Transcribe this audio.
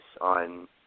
on